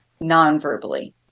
non-verbally